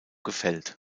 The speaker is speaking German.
gefällt